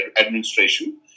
administration